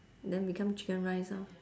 then become chicken rice orh